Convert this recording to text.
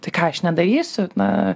tai ką aš nedarysiu na